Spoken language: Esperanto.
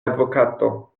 advokato